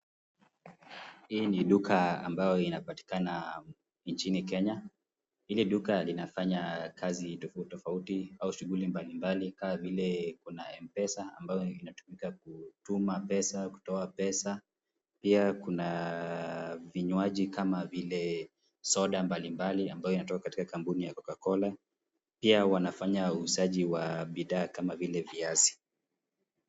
Hii ni duka ambayo inapatikana nchini Kenya. Hili duka linafanya kazi tofauti tofauti au shughuli mbalimbali kama vile kuna Mpesa ambayo inatumika kutuma pesa, kutoa pesa. Pia, kuna vinywaji kama vile soda mbalimbali ambayo inayotoka katika kampuni ya Coca Cola. Pia, wanafanya uuzaji wa bidhaa kama vile viazi.